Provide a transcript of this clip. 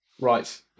Right